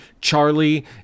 Charlie